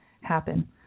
happen